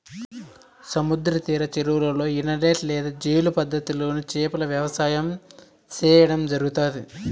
సముద్ర తీర చెరువులలో, ఇనలేట్ లేదా బేలు పద్ధతి లోను చేపల వ్యవసాయం సేయడం జరుగుతాది